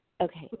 Okay